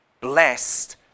blessed